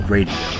Radio